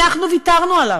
אנחנו ויתרנו עליו,